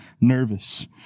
nervous